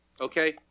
Okay